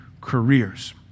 careers